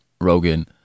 Rogan